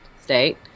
state